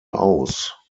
aus